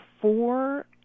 four